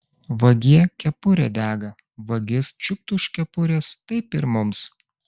vagie kepurė dega vagis čiupt už kepurės taip ir mums